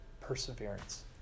perseverance